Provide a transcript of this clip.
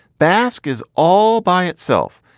bask is all by itself.